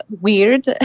weird